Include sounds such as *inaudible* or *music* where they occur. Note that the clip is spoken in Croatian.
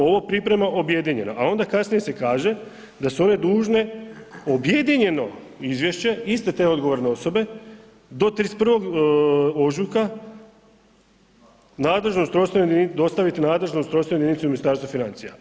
Ovo priprema objedinjena a onda kasnije se kaže da su one dužne objedinjeno izvješće iste te odgovorne osobe do 31. ožujka nadležnost, dostaviti nadležnost ... *unintelligible* jedinica u Ministarstvu financija.